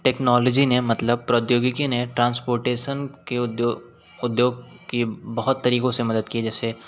technology ने मतलब प्रौद्योगिकी ने ट्रांसपोटेशन के उद्योग उद्योग की बहुत तरीकों से मदद की है जैसे